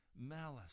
Malice